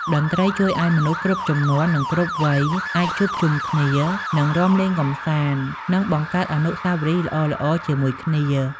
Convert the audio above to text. តន្ត្រីជួយឱ្យមនុស្សគ្រប់ជំនាន់ និងគ្រប់វ័យអាចជួបជុំគ្នា រាំលេងកម្សាន្ត និងបង្កើតអនុស្សាវរីយ៍ល្អៗជាមួយគ្នា។